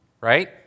right